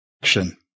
Action